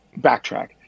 backtrack